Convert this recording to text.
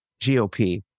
GOP